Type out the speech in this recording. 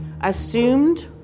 assumed